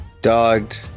Dogged